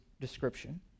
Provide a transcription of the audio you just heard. description